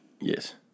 Yes